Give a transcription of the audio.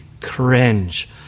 cringe